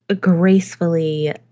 gracefully